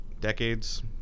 decades